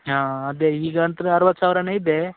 ಹಾಂ ಅದೇ ಈಗ ಅಂತ್ರ ಅರ್ವತ್ತು ಸಾವಿರನೇ ಇದೆ